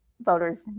voters